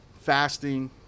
fasting